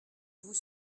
vous